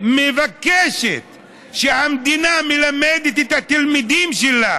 שמבקשת שהמדינה תלמד את התלמידים שלה